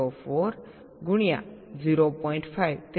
04 ગુણ્યા 0